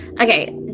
okay